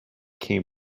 came